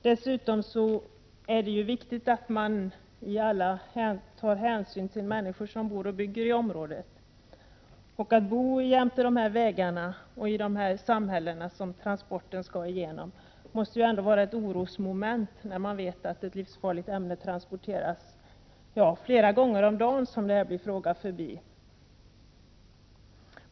Dessutom är det viktigt att man tar hänsyn till människor som bor och bygger i området. För dem som bor längs de vägar som transporten skall gå på och i de samhällen som transporten skall gå igenom måste det ändå vara ett orosmoment att veta att ett livsfarligt ämne transporteras förbi flera gånger om dagen, som det här blir fråga om.